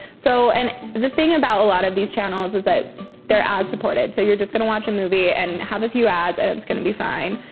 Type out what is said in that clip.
so, and the thing about a lot of these channels is that they're ad-supported, so you're just gonna watch a movie, and have a few ads, and it's gonna be fine.